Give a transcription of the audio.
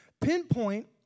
pinpoint